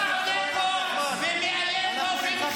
תמכת בפעולות של